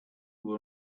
were